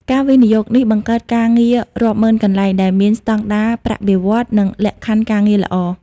ការវិនិយោគនេះបង្កើតការងាររាប់ម៉ឺនកន្លែង ដែលមានស្ដង់ដារប្រាក់បៀវត្សរ៍ និងលក្ខខណ្ឌការងារល្អ។